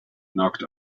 knocked